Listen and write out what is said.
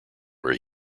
where